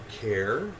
care